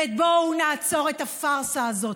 בואו נעצור את הפרסה הזאת.